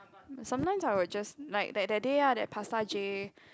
sometimes I would just like that that day lah the pasta j